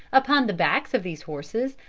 upon the backs of these horses,